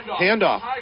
handoff